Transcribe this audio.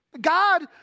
God